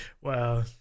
Wow